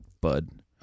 bud